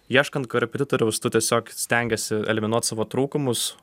ieškant korepetitoriaus tu tiesiog stengiesi eliminuot savo trūkumus